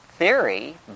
theory